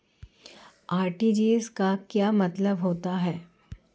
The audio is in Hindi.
आर.टी.जी.एस का क्या मतलब होता है?